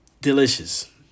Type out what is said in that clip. delicious